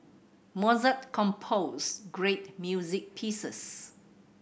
Mozart composed great music pieces